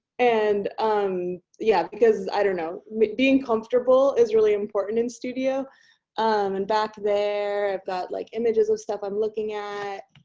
and um because i don't know, being comfortable is really important in studio and back there, i've got like images of stuff i'm looking at,